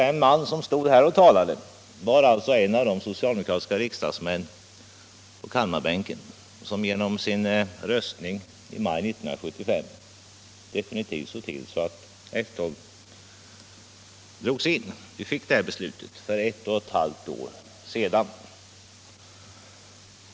Den man som stod här och talade var en av de socialdemokratiska riksdagsmän på Kalmarbänken som genom sina röster i maj 1975 definitivt såg till att F 12 drogs in. Beslutet fattades för ett och ett halvt år sedan.